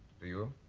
do you?